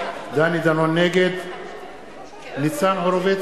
נגד ניצן הורוביץ,